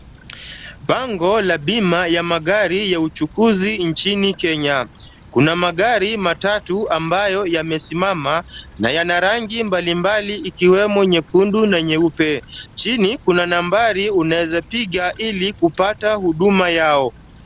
Bango la bima ya magari ya uchukuzi nchini Kenya. Kuna magari matatu ambayo yamesimama na yana rangi mbalimbali ikiwemo nyekundu na nyeupe. Chini kuna nambari unaweza piga ili kupata huduma yao.